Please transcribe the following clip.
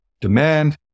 demand